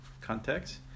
context